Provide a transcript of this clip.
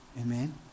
amen